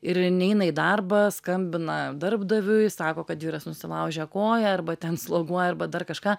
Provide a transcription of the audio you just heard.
ir neina į darbą skambina darbdaviui sako kad vyras nusilaužė koją arba ten sloguoja arba dar kažką